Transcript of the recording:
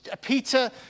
Peter